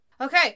Okay